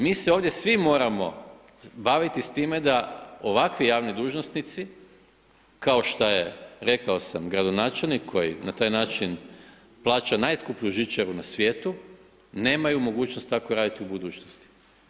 Mi se ovdje svi moramo baviti s time, da ovakvi javni dužnosnici, kao što je rekao sam gradonačelnik, koji na taj način plaća najskuplju žičaru na svijetu, nemaju mogućnost tako raditi u budućnosti.